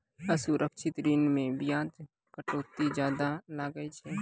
असुरक्षित ऋण मे बियाज कटौती जादा लागै छै